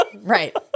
Right